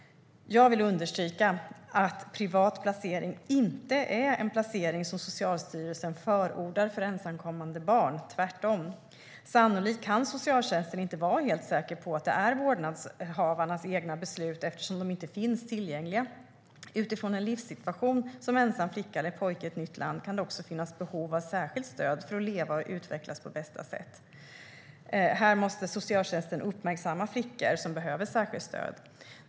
Jag vill understryka att privat placering inte är en placering som Socialstyrelsen förordar för ensamkommande barn, tvärtom. Sannolikt kan socialtjänsten inte vara helt säker på att det är vårdnadshavarnas egna beslut eftersom de inte finns tillgängliga. Utifrån en livssituation som ensam flicka eller pojke i ett nytt land kan det också finnas behov av särskilt stöd för att leva och utvecklas på bästa sätt. Här måste socialtjänsten uppmärksamma flickor som behöver särskilt stöd.